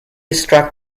struck